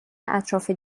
اطراف